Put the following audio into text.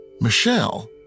Michelle